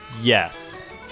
Yes